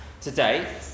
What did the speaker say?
today